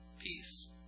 peace